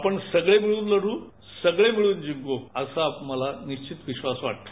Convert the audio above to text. आपण सगळे मिळून लढू सगळे मिळून जिंकू असा मला विश्वास वाटतो